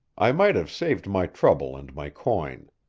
i might have saved my trouble and my coin.